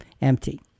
empty